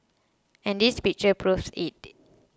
and this picture proves it